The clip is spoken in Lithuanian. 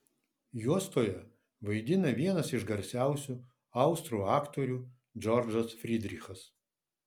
juostoje vaidina vienas iš garsiausių austrų aktorių džordžas frydrichas